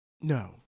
No